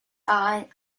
are